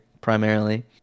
primarily